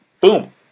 boom